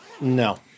No